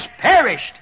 perished